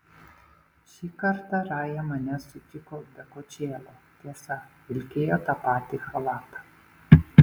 šį kartą raja mane sutiko be kočėlo tiesa vilkėjo tą patį chalatą